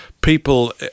people